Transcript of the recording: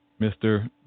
Mr